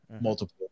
multiple